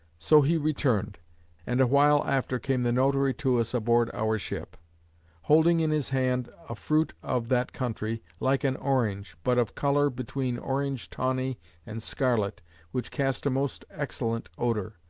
so he returned and a while after came the notary to us aboard our ship holding in his hand a fruit of that country, like an orange, but of color between orange-tawney and scarlet which cast a most excellent odour.